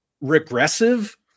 regressive